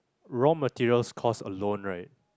raw material cost alone right